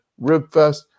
Ribfest